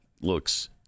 looks